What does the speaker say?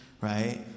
right